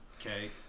Okay